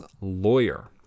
lawyer